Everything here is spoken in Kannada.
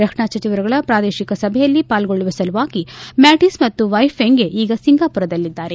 ರಕ್ಷಣಾ ಸಚಿವರುಗಳ ಪ್ರಾದೇಶಿಕ ಸಭೆಯಲ್ಲಿ ಪಾಲ್ಗೊಳ್ಳುವ ಸಲುವಾಗಿ ಮ್ಯಾಟಿಸ್ ಮತ್ತು ವೈ ಫೆಂಗೆ ಈಗ ಸಿಂಗಾಪುರ್ನಲ್ಲಿದ್ದಾರೆ